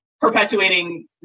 perpetuating